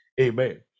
amen